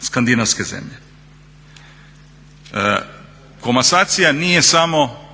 skandinavske zemlje. Komasacija nije samo